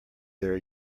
their